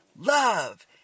love